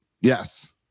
yes